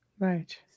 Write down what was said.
Right